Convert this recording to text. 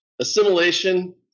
assimilation